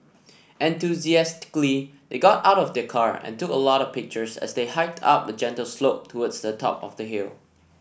enthusiastically they got out of the car and took a lot of pictures as they hiked up a gentle slope towards the top of the hill